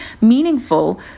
meaningful